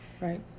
Right